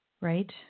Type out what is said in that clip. right